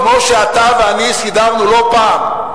כמו שאתה ואני סידרנו לא פעם,